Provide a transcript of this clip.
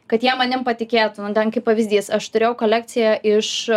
kad jie manim patikėtų ten kaip pavyzdys aš turėjau kolekciją iš